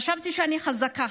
חשבתי שאני חזקה.